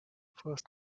first